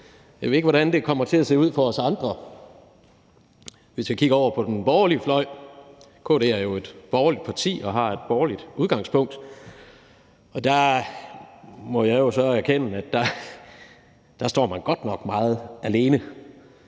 Jeg ved ikke, hvordan det kommer til at se ud for os andre, hvis vi kigger over på den borgerlige fløj. KD er jo et borgerligt parti og har et borgerligt udgangspunkt, og der må jeg så erkende, at man godt nok står meget alene